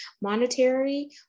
monetary